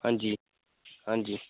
हां जी हां जी